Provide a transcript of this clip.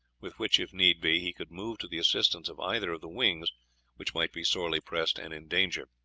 with which, if need be, he could move to the assistance of either of the wings which might be sorely pressed and in danger.